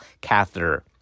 catheter